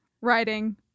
writing